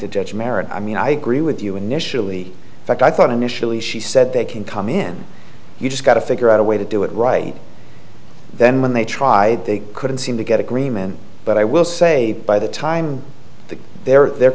to judge merit i mean i agree with you initially but i thought initially she said they can come in you just gotta figure out a way to do it right then when they tried they couldn't seem to get agreement but i will say by the time that they're the